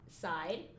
side